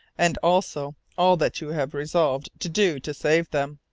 and also all that you have resolved to do to save them.